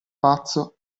pazzo